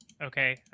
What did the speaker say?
Okay